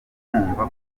kumva